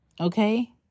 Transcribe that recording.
Okay